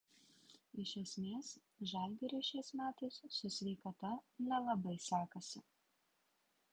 iš esmės žalgiriui šiais metais su sveikata nelabai sekasi